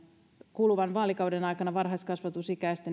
kuluvan vaalikauden aikana varhaiskasvatusikäisten